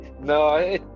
no